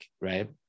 Right